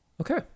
Okay